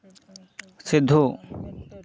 Sidhu